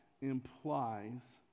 implies